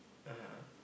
(uh huh)